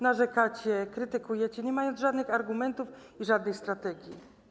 Narzekacie, krytykujecie, nie mając żadnych argumentów ani żadnej strategii.